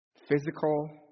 physical